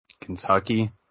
Kentucky